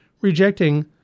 rejecting